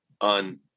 on